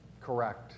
Correct